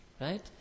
right